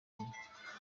utuye